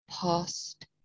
past